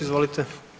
Izvolite.